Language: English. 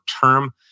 term